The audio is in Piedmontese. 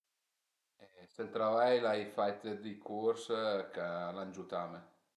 Sël travai l'ai fait d'curs ch'al an giutame